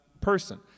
person